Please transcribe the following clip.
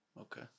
Okay